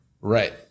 Right